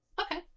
okay